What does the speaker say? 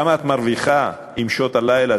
כמה את מרוויחה עם שעות הלילה?